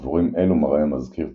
לדבורים אלו מראה המזכיר צרעה,